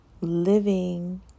living